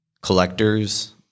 collectors